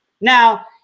now